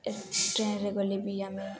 ଟ୍ରେନ୍ରେ ଗଲେ ବି ଆମେ